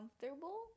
comfortable